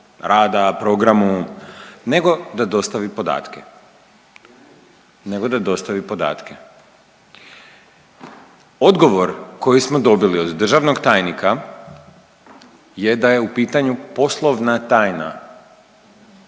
rada, programu nego da dostavi podatke. Odgovor koji smo dobili od državnog tajnika je da je u pitanju poslovna tajna,